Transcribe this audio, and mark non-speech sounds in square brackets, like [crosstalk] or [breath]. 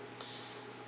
[breath]